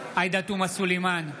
עאידה תומא סלימאן,